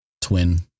twin